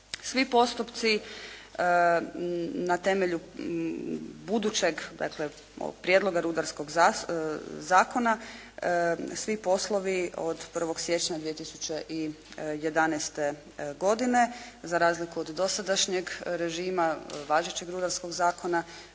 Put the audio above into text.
Svi postupci na temelju budućeg dakle Prijedloga rudarskog zakona svi poslovi od 1. siječnja 2011. godine za razliku od dosadašnjeg režima važećeg Rudarskog zakona